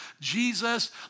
Jesus